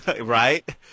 right